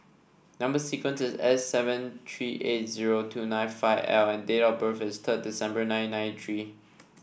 number sequence is S seven three eight zero two nine five L and date of birth is thrid December nineteen ninety three